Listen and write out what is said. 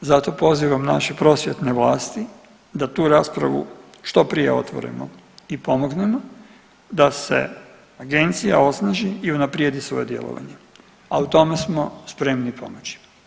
Zato pozivam naše prosvjetne vlasti da tu raspravu što prije otvorimo i pomognemo da se agencija osnaži i unaprijedi svoje djelovanje, a u tome smo spremni pomoći.